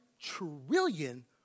trillion